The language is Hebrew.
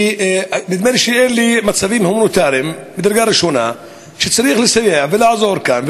נדמה לי שאלה מצבים הומניטריים מדרגה ראשונה שצריך לסייע ולעזור כאן,